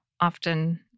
often